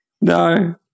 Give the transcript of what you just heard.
No